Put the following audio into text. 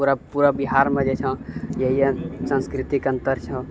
पूरा पूरा बिहारमे जे छौँ यही संस्कृतिके अन्तर छौँ